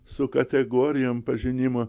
su kategorijom pažinimo